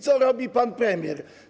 Co robi pan premier?